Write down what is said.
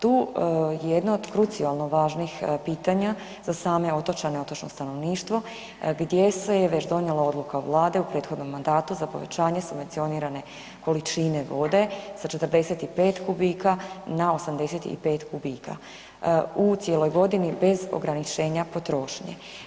Tu jedno od krucijalno važnih pitanja za same otočane i otočno stanovništvo gdje se je već donijela odluka Vlade u prethodnom mandatu za povećanje subvencionirane količine vode sa 45 kubika na 85 kubika u cijeloj godini bez ograničenja potrošnje.